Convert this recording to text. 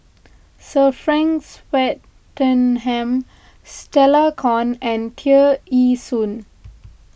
Sir Frank Swettenham Stella Kon and Tear Ee Soon